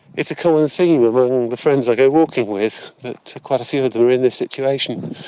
it's kind of a theme among the friends i go walking with that quite a few of them are in this situation.